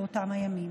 באותם הימים.